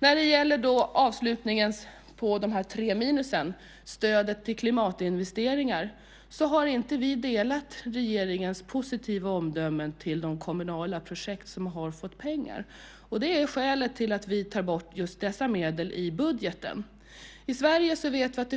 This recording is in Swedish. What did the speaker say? När det gäller det tredje av våra minus, stöd till klimatinvesteringar, har vi inte delat regeringens positiva omdömen om de kommunala projekt som fått pengar. Det är skälet till att vi tar bort dessa medel i budgeten. I Sverige